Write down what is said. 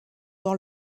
dans